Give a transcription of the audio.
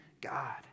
God